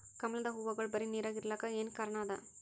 ಕಮಲದ ಹೂವಾಗೋಳ ಬರೀ ನೀರಾಗ ಇರಲಾಕ ಏನ ಕಾರಣ ಅದಾ?